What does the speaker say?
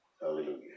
Hallelujah